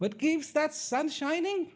what gives that sun shining